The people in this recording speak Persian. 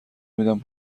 میدم